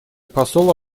посол